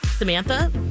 Samantha